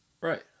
Right